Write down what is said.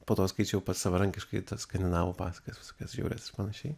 po to skaičiau pats savarankiškai tas skandinavų pasakas visokias panašiai